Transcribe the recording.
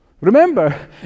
Remember